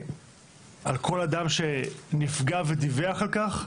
על כל אדם שנפגע ודיווח על כך,